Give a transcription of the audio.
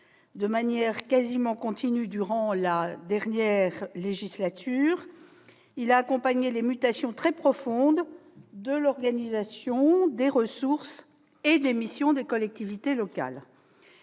de manière quasi continue durant la précédente législature, accompagnant les mutations très profondes de l'organisation, des ressources et des missions des collectivités locales